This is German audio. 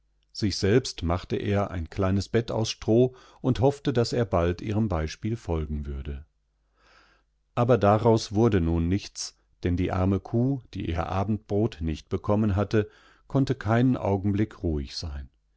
sich selbst machte er ein kleines bett aus stroh und hoffte daß er bald ihrem beispielfolgenwürde aber daraus wurde nun nichts denn die arme kuh die ihr abendbrot nicht bekommen hatte konnte keinen augenblick ruhig sein